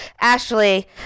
Ashley